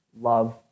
love